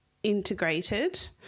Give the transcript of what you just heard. integrated